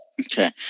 Okay